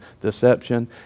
deception